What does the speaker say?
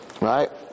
right